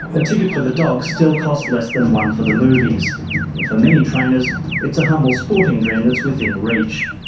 a ticket for the dogs still costs less than one for the movies, and for many trainers it's a humble sporting dream that's within reach.